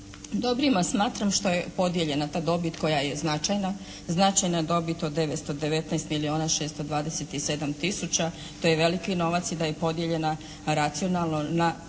Dobrime smatram što je podijeljena ta dobit koja je značajna, značajna dobit od 919 milijuna 627 tisuća. To je veliki novac i da je podijeljena racionalno na